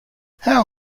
how